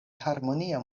harmonia